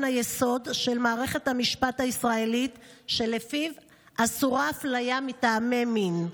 היסוד של מערכת המשפט הישראלית שלפיו אסורה אפליה מטעמי מין.